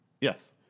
Yes